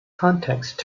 context